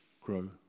grow